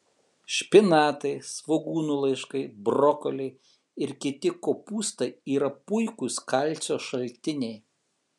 špinatai svogūnų laiškai brokoliai ir kiti kopūstai yra puikūs kalcio šaltiniai